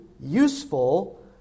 useful